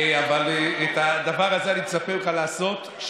אבל את הדבר הזה אני מצפה ממך לעשות.